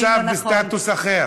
היא נמצאת עכשיו בסטטוס אחר.